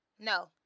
No